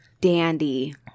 dandy